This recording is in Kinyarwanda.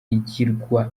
igirwa